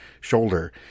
shoulder